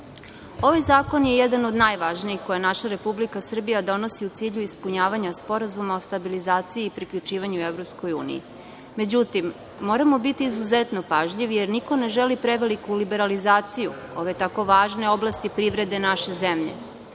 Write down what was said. ovaj zakon je jedan od najvažnijih koje naša Republika Srbija donosi u cilju ispunjavanja Sporazuma o stabilizaciji i priključivanju EU. Međutim, moramo biti izuzetno pažljivi, jer niko ne želi preveliku liberalizaciju ove tako važne oblasti privrede naše zemlje.